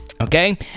Okay